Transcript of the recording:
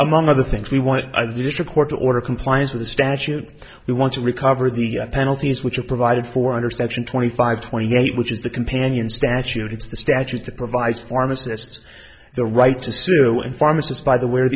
among other things we want a little court order compliance with a statute we want to recover the penalties which are provided for under section twenty five twenty eight which is the companion statute it's the statute that provides pharmacists the right to sue in pharmacist by the w